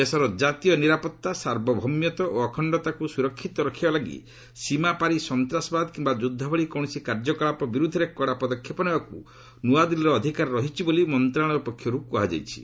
ଦେଶର ଜାତୀୟ ନିରାପତ୍ତା ସାର୍ବଭୌମତ୍ୱ ଓ ଅଖଣ୍ଡତାକୁ ସୁରକ୍ଷିତ ରଖିବାଲାଗି ସୀମାପାରି ସନ୍ତାସବାଦ କିମ୍ବା ଯୁଦ୍ଧ ଭଳି କୌଣସି କାର୍ଯ୍ୟକଳାପ ବିରୁଦ୍ଧରେ କଡ଼ା ପଦକ୍ଷେପ ନେବାକୁ ନୂଆଦିଲ୍ଲୀର ଅଧିକାର ରହିଛି ବୋଲି ମନ୍ତ୍ରଣାଳୟ ପକ୍ଷରୁ କୁହାଯାଇଚି